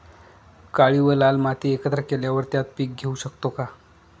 काळी व लाल माती एकत्र केल्यावर त्यात पीक घेऊ शकतो का?